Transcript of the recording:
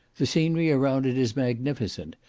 the scenery around it is magnificent,